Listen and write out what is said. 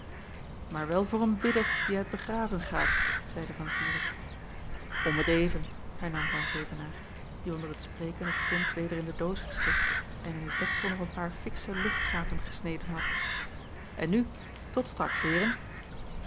maar wel voor een bidder die uit begraven gaat zeide van zirik om t even hernam van zevenaer die onder t spreken het kind weder in de doos geschikt en in het deksel nog een paar fiksche luchtgaten gesneden had en nu tot straks heeren